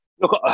Look